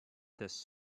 this